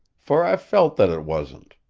for i felt that it wasn't,